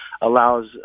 allows